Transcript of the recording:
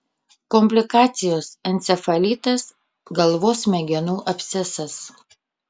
komplikacijos encefalitas galvos smegenų abscesas